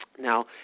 now